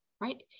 Right